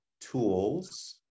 tools